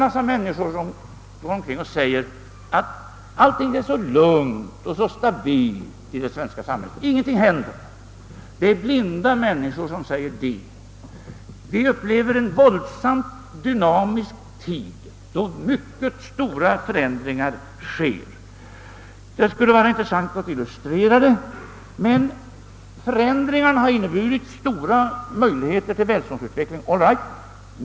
Många människor säger att allting är så lugnt och stabilt i det svenska samhället. Det händer ingenting. Men det är blinda människor som säger så. Vi lever i en våldsamt dynamisk tid då mycket stora förändringar sker. Det skulle vara intressant att illustrera det. Förändringarna har inneburit stora möjligheter till välståndsutveckling — all right!